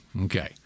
Okay